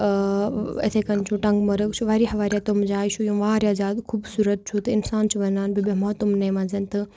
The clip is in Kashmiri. اِتھٕے کٔنۍ چھُ ٹنٛگمَرٕگ چھُ واریاہ واریاہ تِم جایہِ چھُ یِم واریاہ زیادٕ خوٗبصوٗرت چھُ تہٕ اِنسان چھُ وَنان بہٕ بیٚہما تِمنٕے منٛز تہٕ